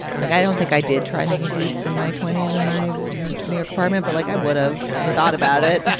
like, i don't think i did try making peeps in my twenty s in my new york apartment, but like i would have thought about it,